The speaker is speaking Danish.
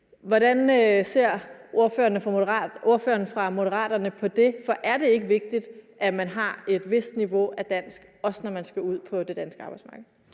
Hvordan ser ordføreren for Moderaterne på det, for er det ikke vigtigt, at man har et vist niveau af dansk, også når man skal ud på det danske arbejdsmarked?